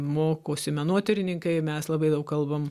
mokosi menotyrininkai mes labai daug kalbam